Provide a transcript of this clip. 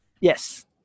Yes